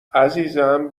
عزیزم